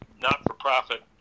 not-for-profit